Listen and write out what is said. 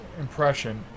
impression